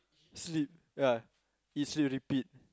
sleep ya eat sleep repeat